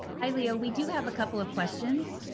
hi, leo. we do have a couple of questions.